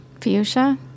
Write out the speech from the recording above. Fuchsia